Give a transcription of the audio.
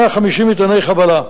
150 מטעני חבלה.